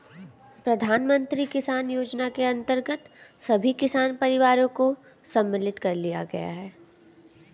प्रधानमंत्री किसान योजना के अंतर्गत सभी किसान परिवारों को सम्मिलित कर लिया गया है